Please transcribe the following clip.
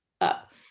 up